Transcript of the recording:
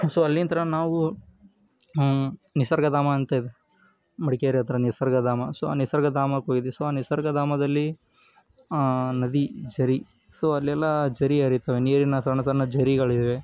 so ಅಲ್ಲಿಂದ ನಾವು ನಿಸರ್ಗಧಾಮ ಅಂತ ಇದೆ ಮಡಿಕೇರಿ ಹತ್ರ ನಿಸರ್ಗಧಾಮ ಸೊ ಆ ನಿಸರ್ಗಧಾಮಕ್ಕೆ ಹೋಗಿದ್ವಿ ಸೊ ಆ ನಿಸರ್ಗಧಾಮದಲ್ಲಿ ನದಿ ಝರಿ ಸೊ ಅಲ್ಲೆಲ್ಲ ಝರಿ ಹರಿತವೆ ನೀರಿನ ಸಣ್ಣ ಸಣ್ಣ ಝರಿಗಳಿವೆ